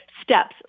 steps